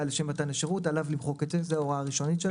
לשם מתן השירות זו ההוראה הראשונית.